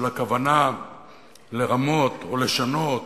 של הכוונה לרמות או לשנות.